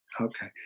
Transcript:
Okay